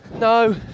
no